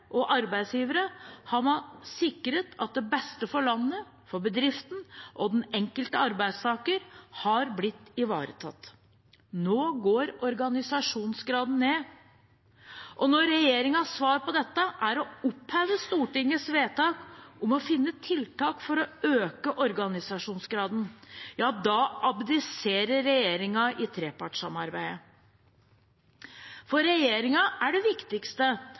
og arbeidsgivere har man sikret at det beste for landet, for bedriften og for den enkelte arbeidstaker har blitt ivaretatt. Nå går organisasjonsgraden ned. Og når regjeringens svar på dette er å oppheve Stortingets vedtak om å finne tiltak for å øke organisasjonsgraden, ja da abdiserer regjeringen i trepartssamarbeidet. For regjeringen er det viktigste